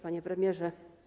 Panie Premierze!